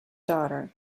daughter